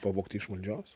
pavogti iš valdžios